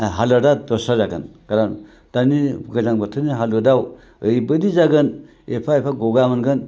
हालोदा दस्रा जागोन खारन दानि गोजां बोथोरनि हालोदाव ओरैबादि जागोन एफा एफा गगा मोनगोन